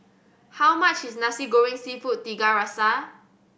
how much is Nasi Goreng Seafood Tiga Rasa